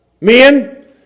men